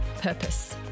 Purpose